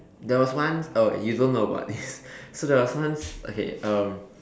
there was once oh you don't know about this so there was once okay um